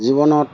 জীৱনত